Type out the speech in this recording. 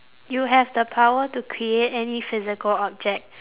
you have the power to create any physical object